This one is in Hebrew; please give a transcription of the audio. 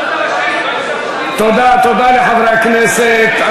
ברבנות הראשית, תודה לחברי הכנסת.